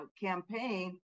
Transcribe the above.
campaign